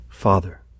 Father